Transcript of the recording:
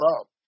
up